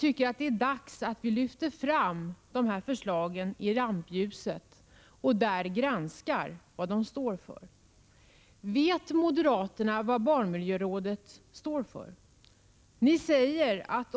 Det är dags att vi lyfter fram de förslagen i rampljuset och granskar vad de innebär. Vet moderaterna vad barnmiljörådet står för?